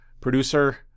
producer